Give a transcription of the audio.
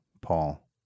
Paul